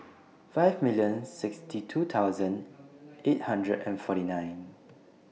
five million sixty two thousand eight hundred and forty nine